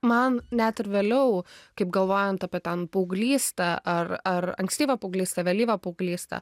man net ir vėliau kaip galvojant apie ten paauglystę ar ar ankstyvą paauglystę vėlyvą paauglystę